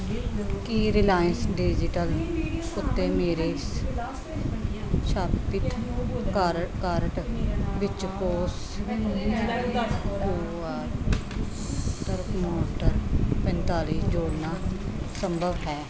ਕੀ Reliance digital ਉੱਤੇ ਮੇਰੇ shopping cart ਵਿੱਚ ਬੋਸ ਕੁਈਟਕਾਮਫੋਰਟ ਪੰਤਾਲੀ ਜੋੜਨਾ ਸੰਭਵ ਹੈ